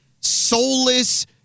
soulless